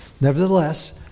Nevertheless